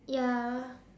ya